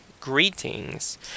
greetings